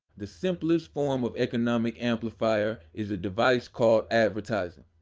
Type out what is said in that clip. the simplest form of economic amplifier is a device called advertising.